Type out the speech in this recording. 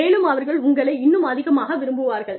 மேலும் அவர்கள் உங்களை இன்னும் அதிகமாக விரும்புவார்கள்